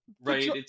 right